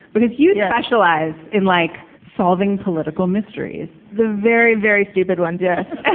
because you specialize in like solving political mysteries, the very, very stupid ones. yes.